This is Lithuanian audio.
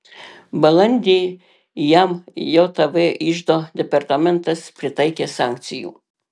balandį jam jav iždo departamentas pritaikė sankcijų